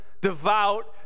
devout